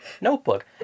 notebook